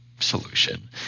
Solution